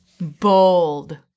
Bold